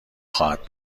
خواهد